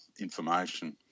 information